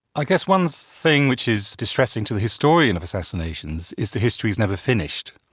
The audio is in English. i guess one thing which is distressing to the historian of assassinations is the history is never finished.